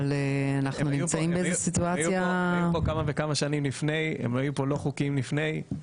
הם היו פה כמה וכמה שנים בצורה לא חוקית לפני.